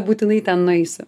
būtinai ten nueisi